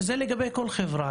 וזה לגבי כל חברה,